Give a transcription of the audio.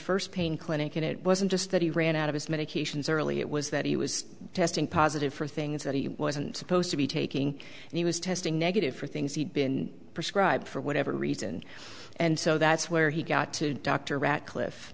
first pain clinic and it wasn't just that he ran out of his medications early it was that he was testing positive for things that he wasn't supposed to be taking and he was testing negative for things he'd been prescribed for whatever reason and so that's where he got to dr radcliff